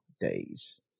days